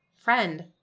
friend